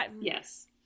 yes